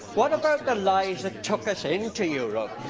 what about the lies that took us into europe?